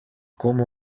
como